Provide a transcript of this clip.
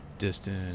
Distant